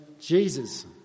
Jesus